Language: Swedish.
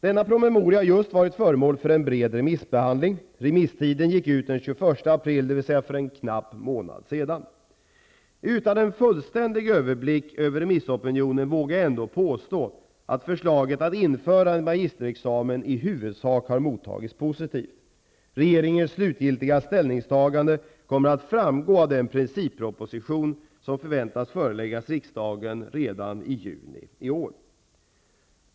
Denna promemoria har just varit föremål för en bred remissbehandlling. Remisstiden gick ut den 21 april, dvs. för en knapp månad sedan. Utan en fullständig överblick över remissopinionen vågar jag ändå påstå att förslaget att införa en magisterexamen i huvudsak har mottagits positivt. Regeringens slutliga ställningstagande kommer att framgå av den principproposition som förväntas föreläggas riksdagen redan i juni i år.